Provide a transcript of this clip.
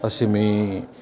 अशी मी